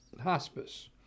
hospice